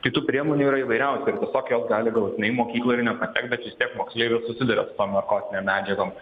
tai tų priemonių yra įvairiausių ir tiesiog jos gali galutinai į mokyklą ir nepatekt bet vis tiek moksleiviai susiduria su tom narkotinėm medžiagom